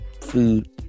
food